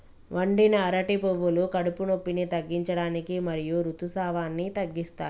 వండిన అరటి పువ్వులు కడుపు నొప్పిని తగ్గించడానికి మరియు ఋతుసావాన్ని తగ్గిస్తాయి